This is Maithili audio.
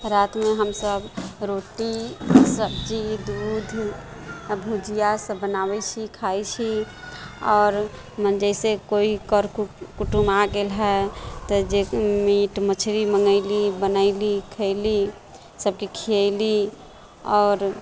रात मे हमसब रोटी सब्जी दूध आ भुजिआ सब बनाबे छी खाइ छी आओर जैसे कोइ कर कुटुंब आ गेल है तऽ जे मीट मछली बनेली बनेली खयली सबके खीयली आओर